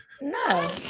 no